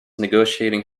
negotiating